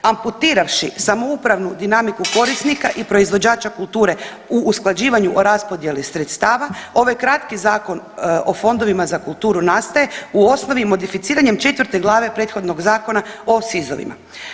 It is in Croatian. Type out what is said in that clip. Amputiravši samoupravnu dinamiku korisnika i proizvođača kulture u usklađivanju o raspodjeli sredstava ovaj kratki Zakon o fondovima za kulturu nastaje u osnovi modificiranjem četvrte glave prethodnog Zakona o SIZ-ovima.